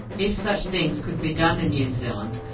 if such things could be done in new zealand,